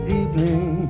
evening